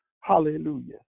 Hallelujah